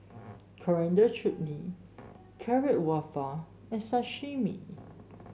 Coriander Chutney Carrot and Sashimi